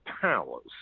powers